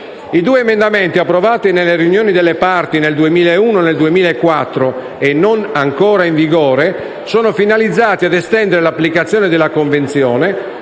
I due emendamenti, approvati nelle riunioni delle parti nel 2001 e nel 2004 e non ancora in vigore, sono finalizzati a estendere l'applicazione della Convenzione,